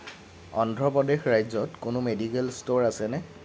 অন্ধ্ৰ প্ৰদেশ ৰাজ্যত কোনো medical store আছেনে